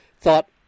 thought